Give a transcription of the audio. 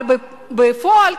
אבל בפועל,